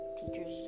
teachers